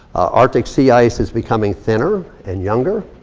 arctic sea ice is becoming thinner and younger.